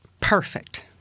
Perfect